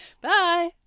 Bye